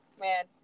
man